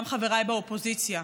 גם לחבריי באופוזיציה,